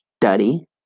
study